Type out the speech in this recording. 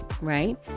right